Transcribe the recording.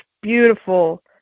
beautiful